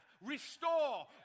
Restore